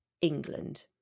England